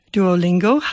Duolingo